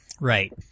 Right